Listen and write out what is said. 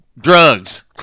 Drugs